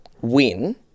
win